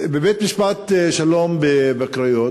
בבית-משפט השלום בקריות,